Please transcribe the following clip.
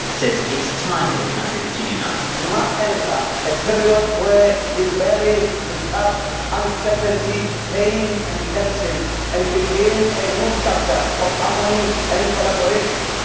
says it's time for the country to unite. we must enter a period where we bury mistrust, uncertainty, pain and tension and begin a new chapter of harmony and collaboration.